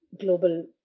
global